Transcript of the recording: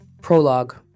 Prologue